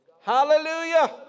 Hallelujah